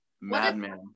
madman